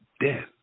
death